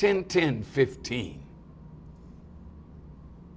ten ten fifteen